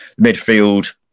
midfield